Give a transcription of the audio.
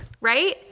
right